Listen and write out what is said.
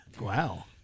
Wow